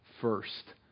first